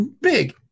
Big